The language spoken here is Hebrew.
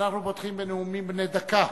אנחנו פותחים בנאומים בני דקה.